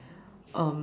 um